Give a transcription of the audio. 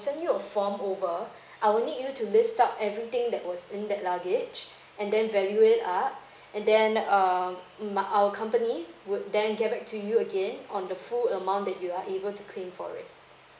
send you a form over I will need you to list out everything that was in that luggage and then value it up and then err mm our company would then get back to you again on the full amount that you are able to claim for it